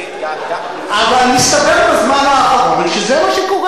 אבל מסתבר בזמן האחרון שזה מה שקורה.